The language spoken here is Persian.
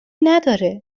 نداره